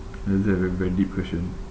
exactly very deep question